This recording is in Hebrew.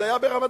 זה היה ברמת-גן,